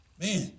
Man